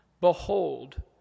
Behold